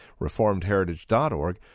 reformedheritage.org